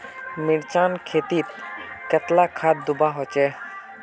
मिर्चान खेतीत कतला खाद दूबा होचे?